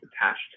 attached